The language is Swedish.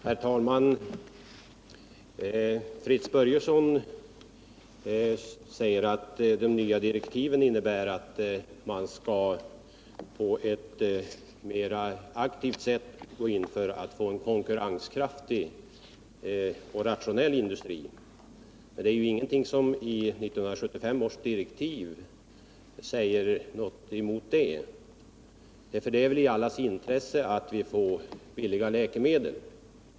Herr talman! Fritz Börjesson säger att de nya direktiven innebär att man på ett mer aktivt sätt skall gå in för att få en konkurrenskraftig och rationell industri. Ingenting i 1975 års direktiv motsäger detta — det är väl i allas intresse att vi får billiga läkemedel.